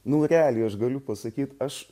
nu realiai aš galiu pasakyt aš